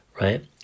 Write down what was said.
right